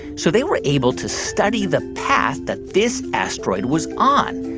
so they were able to study the path that this asteroid was on.